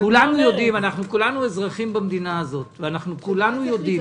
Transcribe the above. כולנו אזרחים במדינה הזאת וכולנו יודעים